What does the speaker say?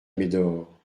médor